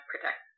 protect